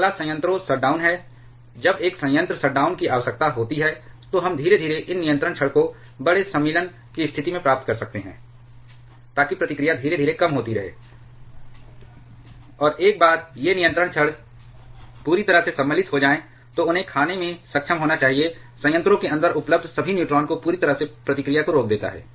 अगला संयंत्रों शटडाउन है जब एक संयंत्र शटडाउन की आवश्यकता होती है तो हम धीरे धीरे इन नियंत्रण छड़ को बड़े सम्मिलन की स्थिति में प्राप्त कर सकते हैं ताकि प्रतिक्रिया धीरे धीरे कम होती रहे और एक बार ये नियंत्रण छड़ पूरी तरह से सम्मिलित हो जाए तो उन्हें खाने में सक्षम होना चाहिए संयंत्रों के अंदर उपलब्ध सभी न्यूट्रॉन को पूरी तरह से प्रतिक्रिया को रोक देता है